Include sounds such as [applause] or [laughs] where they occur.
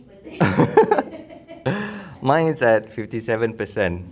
[laughs] mine is at fifty seven percent